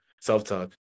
self-talk